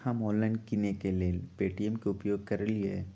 हम ऑनलाइन किनेकेँ लेल पे.टी.एम के उपयोग करइले